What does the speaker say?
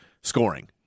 scoring